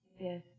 Yes